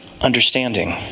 Understanding